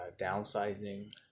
Downsizing